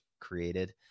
created